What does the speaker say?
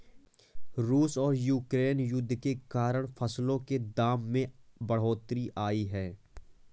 रूस और यूक्रेन युद्ध के कारण फसलों के दाम में बढ़ोतरी आई है